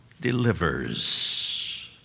delivers